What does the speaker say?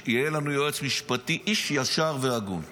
יהיה לנו יועץ משפטי איש ישר והגון.